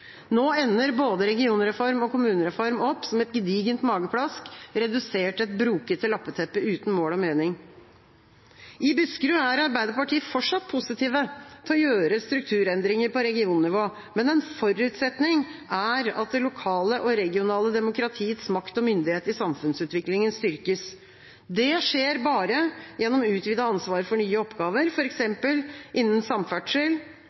Nå ender både regionreform og kommunereform opp som et gedigent mageplask, redusert til et brokete lappeteppe uten mål og mening. I Buskerud er Arbeiderpartiet fortsatt positive til å gjøre strukturendringer på regionnivå, men en forutsetning er at det lokale og regionale demokratiets makt og myndighet i samfunnsutviklingen styrkes. Det skjer bare gjennom utvidet ansvar for nye oppgaver, f.eks. innen samferdsel,